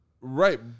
Right